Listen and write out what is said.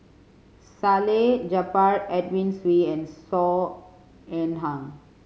Salleh Japar Edwin Siew and Saw Ean Ang